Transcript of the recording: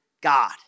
God